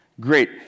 Great